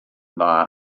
dda